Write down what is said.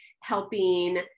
helping